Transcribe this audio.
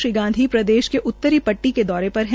श्री गांधी ने प्रदेश के उत्तरी पट्टी के दौरो पर है